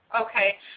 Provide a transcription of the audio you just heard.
Okay